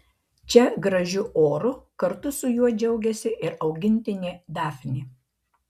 čia gražiu oru kartu su juo džiaugiasi ir augintinė dafnė